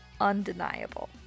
undeniable